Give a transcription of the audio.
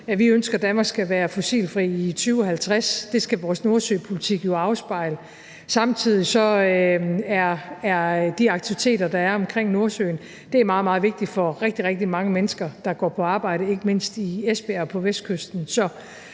Vi ønsker, at Danmark skal være fossilfrit i 2050, det skal vores nordsøpolitik jo afspejle, og samtidig er de aktiviteter, der er omkring Nordsøen, meget, meget vigtige for rigtig, rigtig mange mennesker, der går på arbejde, ikke mindst i Esbjerg og på Vestkysten.